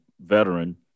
veteran